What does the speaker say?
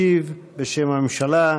ישיב, בשם הממשלה,